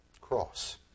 cross